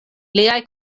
liaj